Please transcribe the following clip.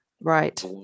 Right